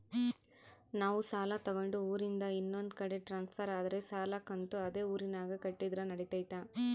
ನಾವು ಸಾಲ ತಗೊಂಡು ಊರಿಂದ ಇನ್ನೊಂದು ಕಡೆ ಟ್ರಾನ್ಸ್ಫರ್ ಆದರೆ ಸಾಲ ಕಂತು ಅದೇ ಊರಿನಾಗ ಕಟ್ಟಿದ್ರ ನಡಿತೈತಿ?